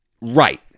right